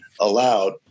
allowed